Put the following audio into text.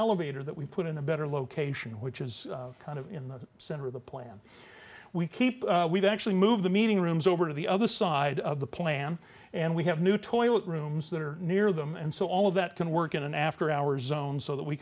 elevator that we put in a better location which is kind of in the center of the plan we keep we've actually moved the meeting rooms over to the other side of the plan and we have new toilet rooms that are near them and so all of that can work in an after hours zone so that we